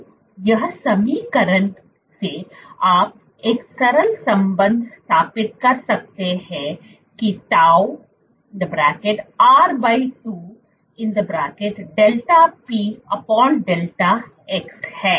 तो यह समीकरण से आप एक सरल संबंध स्थापित कर सकते हैं कि τ r2 δpδx है